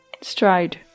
stride